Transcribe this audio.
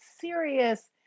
serious